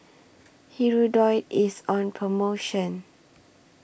Hirudoid IS on promotion